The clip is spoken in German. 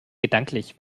gedanklich